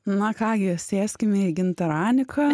na ką gi sėskime į gintaraniką